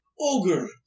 Ogre